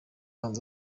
hanze